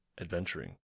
adventuring